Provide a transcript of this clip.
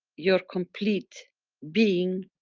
your complete being